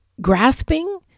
grasping